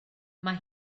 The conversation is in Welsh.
mae